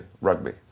rugby